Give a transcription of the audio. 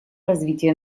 развития